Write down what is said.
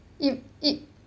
it it